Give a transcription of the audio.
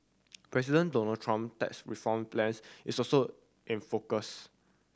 President Donald Trump tax reform plans is also in focus